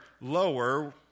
lower